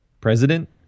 president